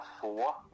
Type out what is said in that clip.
four